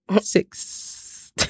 six